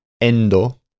endo